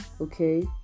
Okay